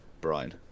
Brian